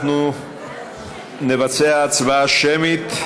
נבצע הצבעה שמית,